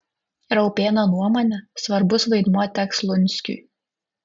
raupėno nuomone svarbus vaidmuo teks lunskiui